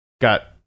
Got